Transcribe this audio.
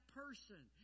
person